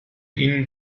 ihn